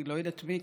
אני לא יודעת מי,